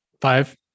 Five